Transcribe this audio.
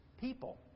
people